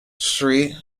sri